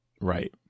right